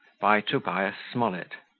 by tobias smollett